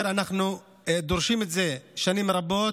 אנחנו דורשים שנים רבות